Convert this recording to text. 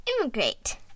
Immigrate